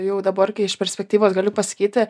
jau dabar kai iš perspektyvos galiu pasakyti